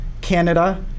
Canada